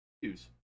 use